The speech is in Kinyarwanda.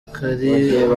kari